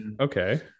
okay